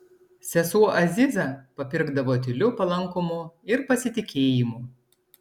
sesuo aziza papirkdavo tyliu palankumu ir pasitikėjimu